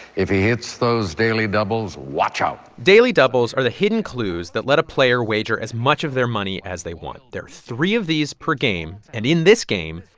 if he hits those daily doubles, watch out daily doubles are the hidden clues that let a player wager as much of their money as they want. there are three of these per game. and in this game,